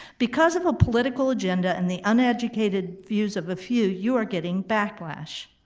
because of a political agenda and the uneducated views of a few, you are getting backlash.